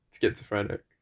schizophrenic